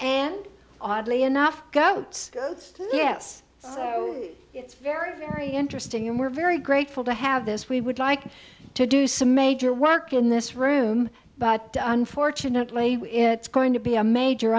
and oddly enough got goats yes so it's very very interesting and we're very grateful to have this we would like to do some major work in this room but unfortunately it's going to be a major